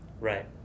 Right